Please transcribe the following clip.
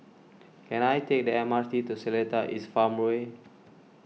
can I take the M R T to Seletar East Farmway